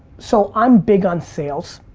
so i'm big on sales.